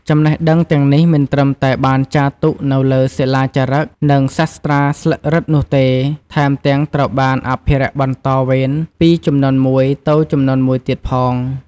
ចំណេះដឹងទាំងនេះមិនត្រឹមតែបានចារទុកនៅលើសិលាចារឹក និងសាស្ត្រាស្លឹករឹតនោះទេ ថែមទាំងត្រូវបានអភិរក្សបន្តវេនពីជំនាន់មួយទៅជំនាន់មួយទៀតផង។